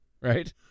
Right